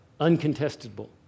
uncontestable